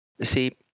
See